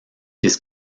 his